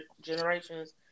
generations